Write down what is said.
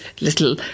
little